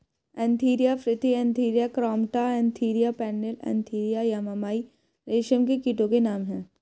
Antheraea frithi Antheraea compta Antheraea pernyi Antheraea yamamai रेशम के कीटो के नाम हैं